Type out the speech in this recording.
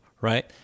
right